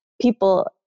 people